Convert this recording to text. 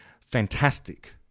fantastic